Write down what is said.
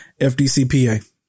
FDCPA